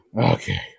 Okay